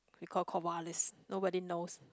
we call Corvallis nobody knows